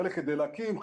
חלק כדי להקים,